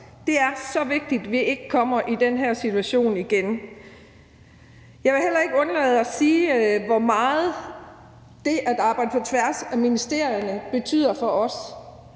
Det er så vigtigt, at vi ikke kommer i den her situation igen. Jeg vil heller ikke undlade at sige, hvor meget det at arbejde på tværs af ministerierne betyder for os.